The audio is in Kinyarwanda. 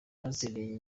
pasiteri